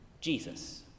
Jesus